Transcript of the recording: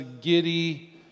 giddy